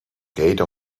gate